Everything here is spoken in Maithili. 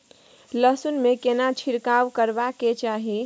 लहसुन में केना छिरकाव करबा के चाही?